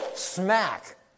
smack